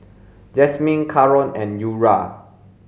Jasmin Karon and Eura